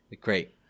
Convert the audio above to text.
Great